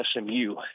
SMU